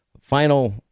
final